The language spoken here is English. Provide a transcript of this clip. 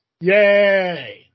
Yay